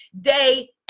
day